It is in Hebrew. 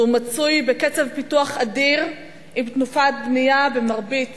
והוא מצוי בקצב פיתוח אדיר, עם תנופת בנייה במרבית